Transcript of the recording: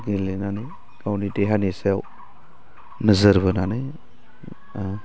गेलेनानै गावनि देहानि सायाव नोजोर बोनानै